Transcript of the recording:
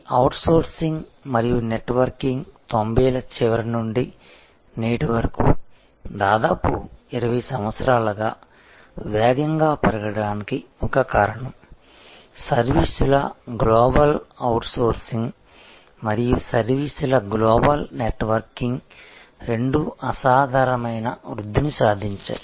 ఈ అవుట్సోర్సింగ్ మరియు నెట్వర్కింగ్ 90 ల చివర నుండి నేటి వరకు దాదాపు 20 సంవత్సరాలుగా వేగంగా పెరగడానికి ఒక కారణం సర్వీసుల గ్లోబల్ అవుట్సోర్సింగ్ మరియు సర్వీసుల గ్లోబల్ నెట్వర్కింగ్ రెండూ అసాధారణమైన వృద్ధిని సాధించాయి